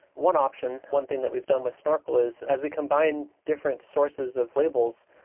one option, one thing that we've done with snorkel is as we combine different sources of labels,